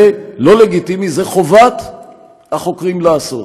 זה לא לגיטימי, זה חובת החוקרים לעשות.